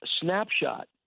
snapshot